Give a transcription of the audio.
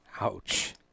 Ouch